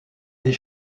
des